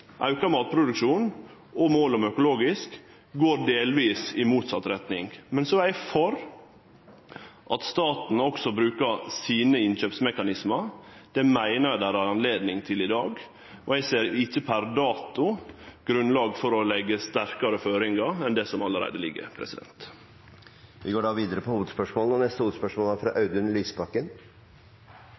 Auka matproduksjon og målet om økologisk jordbruk går delvis i motsett retning. Eg er for at staten også bruker sine innkjøpsmekanismar. Det meiner eg det er anledning til i dag. Eg ser ikkje – per dags dato – at det er grunnlag for å leggje sterkare føringar enn det som allereie ligg. Vi går til neste hovedspørsmål. Mitt spørsmål går til utenriksministeren. På